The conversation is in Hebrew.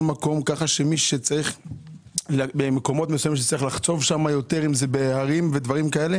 מקום למי שצריך לחצוב יותר בהרים ודברים כאלה